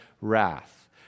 wrath